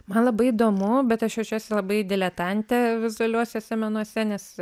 man labai įdomu bet aš jaučiuosi labai diletantė vizualiuosiuose menuose nes